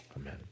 Amen